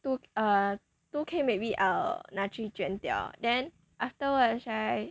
都 err 都可以 maybe err 拿去捐掉 then afterwards right